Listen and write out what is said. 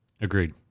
Agreed